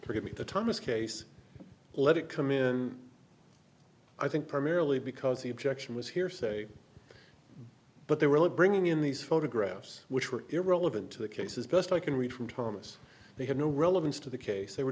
forgive me the thomas case let it come in i think primarily because the objection was hearsay but they were bringing in these photographs which were irrelevant to the case as best i can read from thomas they had no relevance to the case they were